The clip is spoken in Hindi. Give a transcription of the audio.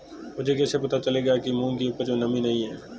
मुझे कैसे पता चलेगा कि मूंग की उपज में नमी नहीं है?